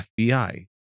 FBI